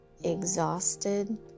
exhausted